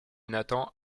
nathan